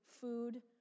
food